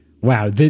Wow